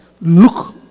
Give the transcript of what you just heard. Look